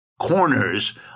corners